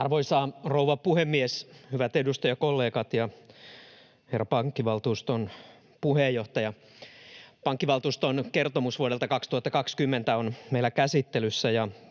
Arvoisa rouva puhemies, hyvät edustajakollegat ja herra pankkivaltuuston puheenjohtaja! Pankkivaltuuston kertomus vuodelta 2020 on meillä käsittelyssä,